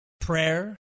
prayer